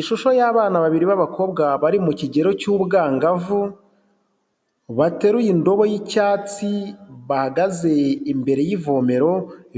Ishusho y'abana babiri b'abakobwa bari mu kigero cy'ubwangavu, bateruye indobo y'icyatsi bahagaze imbere y'ivomero,